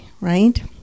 right